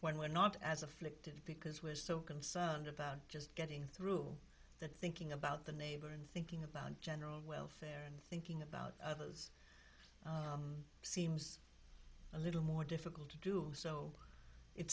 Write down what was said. when we're not as afflicted because we're so concerned about just getting through the thinking about the neighbor and thinking about general welfare and thinking about others seems a little more difficult to do so it